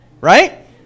Right